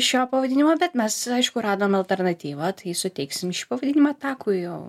šio pavadinimo bet mes aišku radom alternatyvą tai suteiksim pavadinimą takui o